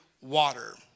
water